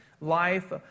life